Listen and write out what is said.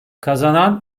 kazanan